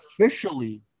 officially